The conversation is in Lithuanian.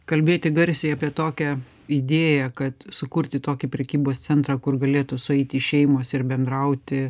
kalbėti garsiai apie tokią idėją kad sukurti tokį prekybos centrą kur galėtų sueiti šeimos ir bendrauti